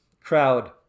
Crowd